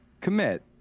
Commit